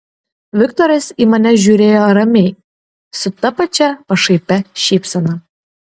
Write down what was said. viktoras į mane žiūrėjo ramiai su ta pačia pašaipia šypsena